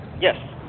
Yes